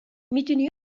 میدونی